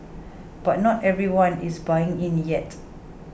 but not everyone is buying in yet